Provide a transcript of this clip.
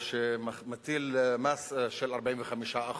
או שמטיל מס של 45%,